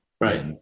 Right